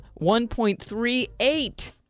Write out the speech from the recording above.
1.38